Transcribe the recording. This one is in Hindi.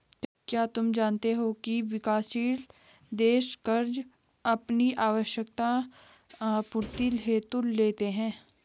क्या तुम जानते हो की विकासशील देश कर्ज़ अपनी आवश्यकता आपूर्ति हेतु लेते हैं?